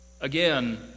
Again